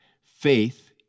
faith